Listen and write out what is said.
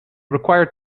required